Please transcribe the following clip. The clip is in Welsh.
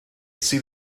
sydd